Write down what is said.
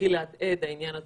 מתחיל להדהד העניין של